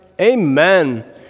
Amen